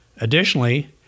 Additionally